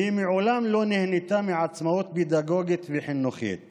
והיא מעולם לא נהנתה מעצמאות פדגוגית וחינוכית